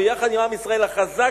ביחד עם ישראל החזק,